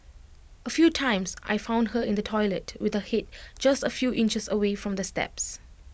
A few times I found her in the toilet with her Head just A few inches away from the steps